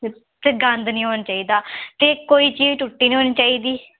ते गंद नी होना चाहिदा ते कोई चीज त्रुट्टी नी होनी चाहिदी